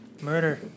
Murder